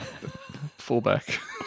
Fullback